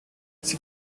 sie